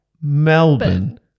Melbourne